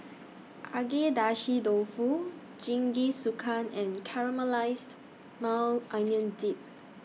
Agedashi Dofu Jingisukan and Caramelized Maui Onion Dip